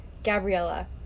Gabriella